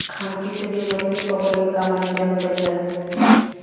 खांची से भी मछली पकड़े के काम अंधेरा में कईल जाला